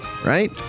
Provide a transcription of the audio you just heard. right